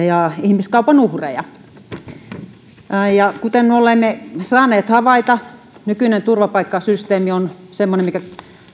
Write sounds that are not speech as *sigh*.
*unintelligible* ja ihmiskaupan uhreja kuten olemme saaneet havaita nykyinen turvapaikkasysteemi on semmoinen mikä